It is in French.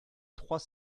trois